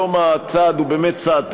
היום הצעד הוא באמת צעד טכני,